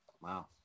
wow